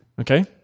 Okay